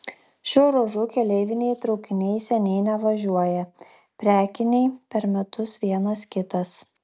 šiuo ruožu keleiviniai traukiniai seniai nevažiuoja prekiniai per metus vienas kitas